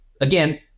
again